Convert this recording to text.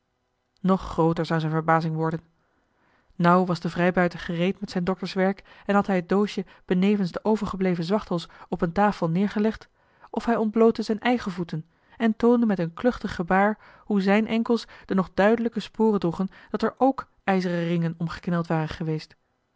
nog grooter zou zijn verbazing worden nauw was de vrijbuiter gereed met zijn dokterswerk en had hij het doosje benevens de overgebleven zwachtels op een tafel neergelegd of hij ontblootte zijn eigen voeten en toonde met een kluchtig gebaar hoe zijn enkels de nog duidelijke sporen droegen dat er ook ijzeren ringen om gekneld waren geweest